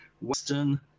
Western